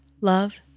love